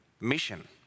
mission